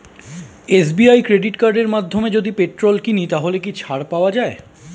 SBI credit কার্ডের মাধ্যমে যদি পেট্রোল কিনি তাহলে কি ছাড় পাওয়া যায়?